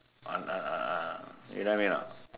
uh uh uh uh you know what I mean or not